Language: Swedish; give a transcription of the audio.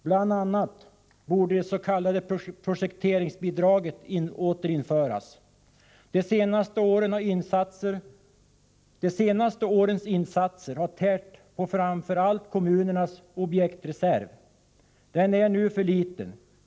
Bl.a. borde det s.k. projekteringsbidraget återinföras. De senaste årens insatser har tärt på framför allt kommunernas objektreserv. Den är nu för liten.